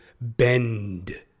bend